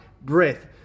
breath